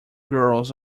girls